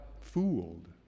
fooled